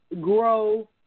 grow